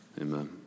Amen